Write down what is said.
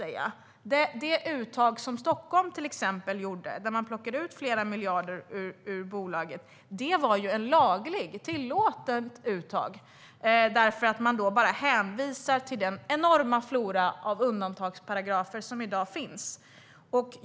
Det uttag ur bolaget på flera miljarder som exempelvis Stockholm gjorde var ju ett tillåtet uttag, därför att man då bara hänvisar till den enorma flora av undantagsparagrafer som i dag finns.